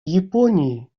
японии